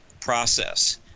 process